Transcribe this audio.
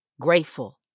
grateful